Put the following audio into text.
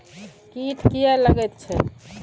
कीट किये लगैत छै?